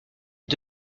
les